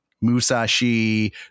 Musashi